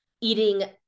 eating